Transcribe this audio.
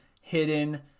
hidden